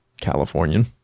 californian